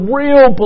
real